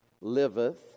liveth